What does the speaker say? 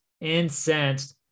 incensed